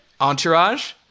Entourage